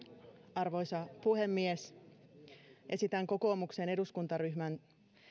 arvoisa puhemies esitän kokoomuksen eduskuntaryhmän